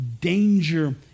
danger